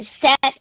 set